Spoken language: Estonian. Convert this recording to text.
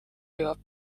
jõuab